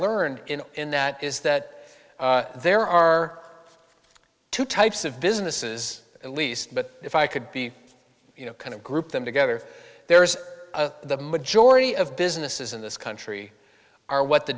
learned in in that is that there are two types of businesses at least but if i could be you know kind of group them together there's the majority of businesses in this country are what the